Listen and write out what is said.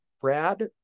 Brad